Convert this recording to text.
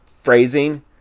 phrasing